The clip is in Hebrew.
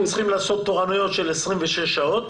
צריכים לעשות תורנויות של 26 שעות.